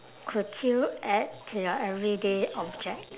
could you add to your everyday object